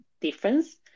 difference